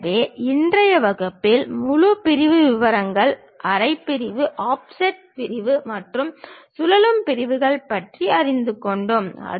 எனவே இன்றைய வகுப்பில் முழு பிரிவு விவரங்கள் அரை பிரிவு ஆஃப்செட் பிரிவு மற்றும் சுழலும் பிரிவுகள் பற்றி அறிந்து கொண்டோம்